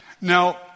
now